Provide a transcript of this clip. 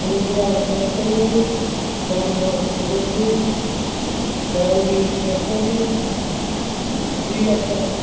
Indira circle Rambagh road Gandhi circle Leelashah circle